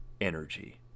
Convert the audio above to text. energy